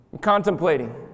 contemplating